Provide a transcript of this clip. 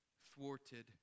thwarted